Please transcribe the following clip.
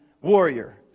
warrior